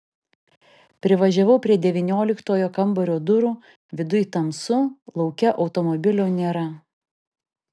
privažiavau prie devynioliktojo kambario durų viduj tamsu lauke automobilio nėra